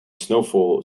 snowfall